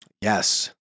Yes